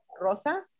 Rosa